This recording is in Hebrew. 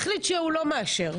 החליט שהוא לא מאשר,